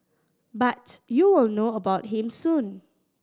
but you will know about him soon